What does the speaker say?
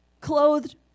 clothed